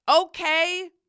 Okay